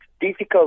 difficult